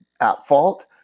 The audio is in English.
at-fault